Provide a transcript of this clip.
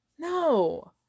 No